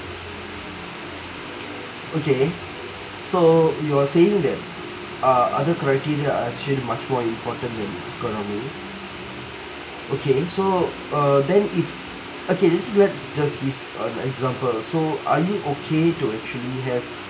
okay so you are saying that uh other criteria are much more important than economy okay so uh then if okay this regard just give an example so are you okay to actually have